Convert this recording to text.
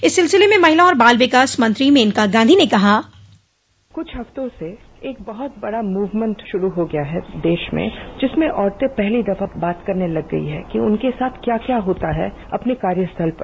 इस सिलसिले में महिला और बाल विकास मंत्री मेनका गांधी ने कहा कुछ हफ्तों से एक बहुत बड़ा मूवमेंट शुरू हो गया है देश में जिसमें औरतें पहली दफा बात करने लग गई हैं कि उनके साथ क्या क्या होता है अपने कार्यस्थल पर